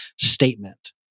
statement